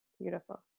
Beautiful